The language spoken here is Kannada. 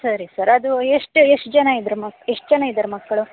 ಸರಿ ಸರ್ ಅದು ಎಷ್ಟು ಎಷ್ಟು ಜನ ಇದ್ರು ಮಕ ಎಷ್ಟು ಜನ ಇದ್ದಾರೆ ಮಕ್ಕಳು